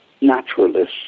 naturalists